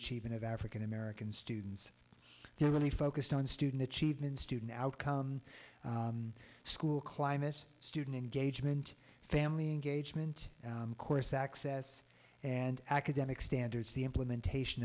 achievement of african american students they're really focused on student achievement student outcome school climate student engagement family engagement course access and academic standards the implementation